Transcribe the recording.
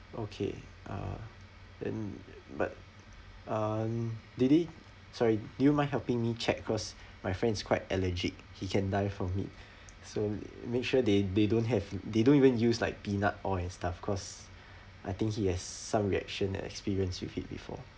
okay uh and but um did it sorry do you mind helping me check first because my friends is quite allergic he can die from it so make sure they they don't have they don't even use like peanut oil and stuff cause I think he has some reaction and experience with it before